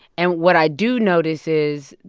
and what i do notice is,